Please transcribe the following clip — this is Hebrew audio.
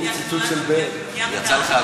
לא יהודייה כי נולדתי, אני יהודייה מדעת.